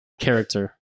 character